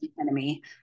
enemy